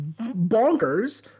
bonkers